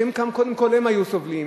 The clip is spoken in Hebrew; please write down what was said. שקודם כול היו סובלים,